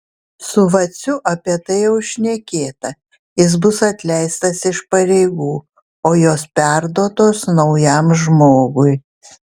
su vaciu apie tai jau šnekėta jis bus atleistas iš pareigų o jos perduotos naujam žmogui